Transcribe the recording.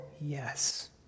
yes